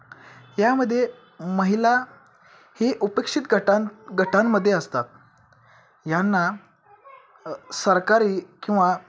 यामध्ये महिला ही उपेक्षित गटां गटांमध्ये असतात यांना सरकारी किंवा